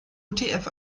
utf